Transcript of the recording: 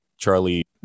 charlie